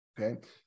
okay